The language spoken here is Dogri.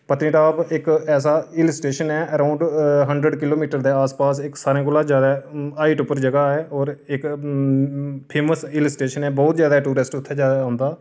पत्नीटॉप इक ऐसा हिल स्टेशन ऐ ऐराऊंड हंडर्ड किलोमीटर दे आसपास सारें इक कोलां जादा हाइट उप्पर जगह ऐ होर इक फेमस हिल स्टेशन ऐ बोह्त ज्यादा टूरिस्ट उत्थै जादा औंदा